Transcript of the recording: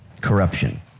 corruption